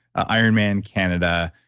ironman canada,